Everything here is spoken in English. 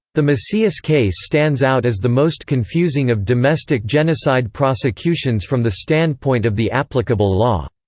the macias case stands out as the most confusing of domestic genocide prosecutions from the standpoint of the applicable law.